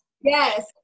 yes